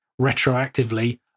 retroactively